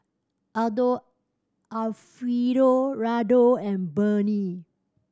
Aldo Alfio Raldo and Burnie